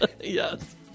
yes